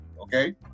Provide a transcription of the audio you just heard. Okay